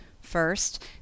First